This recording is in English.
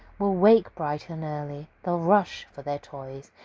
will wake bright and early. they'll rush for their toys!